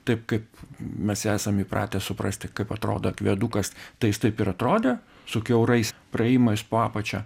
taip kaip mes esam įpratę suprasti kaip atrodo akvedukas tai jis taip ir atrodė su kiaurais praėjimais po apačia